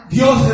Dios